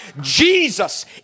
Jesus